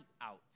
out